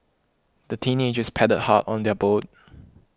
the teenagers paddled hard on their boat